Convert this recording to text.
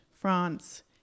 France